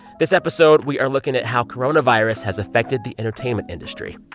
this episode, we are looking at how coronavirus has affected the entertainment industry,